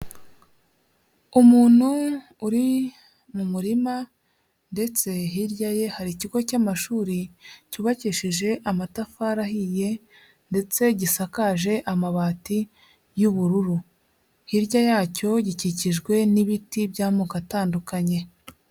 Umuntu uri mu murima ndetse hirya ye hari ikigo cy'amashuri cyubakishije amatafari ahiye ndetse gisakaje amabati y'ubururu, hirya yacyo gikikijwe n'ibiti by'amoko atandukanye.